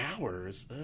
hours